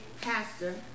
pastor